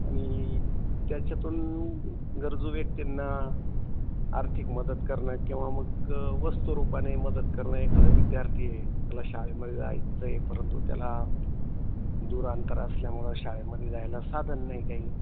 आणि त्याच्यातून गरजू व्यक्तींना आर्थिक मदत करणं किंवा मग वस्तूरूपाने मदत करणं एखादा विद्यार्थी आहे त्याला शाळेमध्ये जायचं आहे परंतु त्याला दूर अंतर असल्यामुळं शाळेमध्ये जायला साधन नाही काही